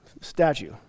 statue